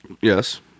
Yes